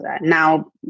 now